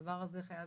לדבר הזה חייב